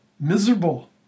miserable